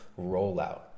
rollout